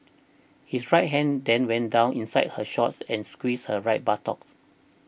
his right hand then went down inside her shorts and he squeezed her right buttocks